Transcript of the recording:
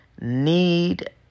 need